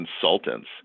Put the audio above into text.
consultants